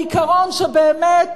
העיקרון שבאמת